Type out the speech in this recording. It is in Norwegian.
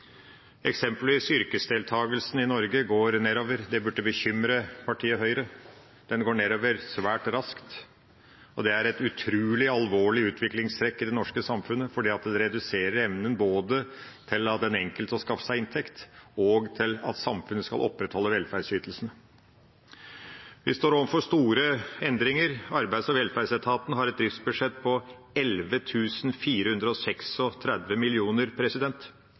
Eksempelvis går yrkesdeltakelsen i Norge nedover – det burde bekymre partiet Høyre – den går nedover svært raskt, og det er et utrolig alvorlig utviklingstrekk i det norske samfunnet fordi det både reduserer den enkeltes evne til å skaffe seg inntekt og samfunnets evne til å opprettholde velferdsytelsene. Vi står overfor store endringer. Arbeids- og velferdsetaten har et driftsbudsjett på